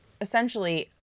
essentially